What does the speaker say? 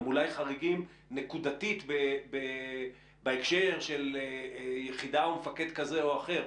הם אולי חריגים נקודתית בהקשר של יחידה או מפקד כזה או אחר.